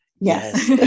yes